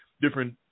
different